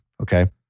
Okay